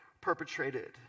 perpetrated